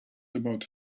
about